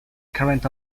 current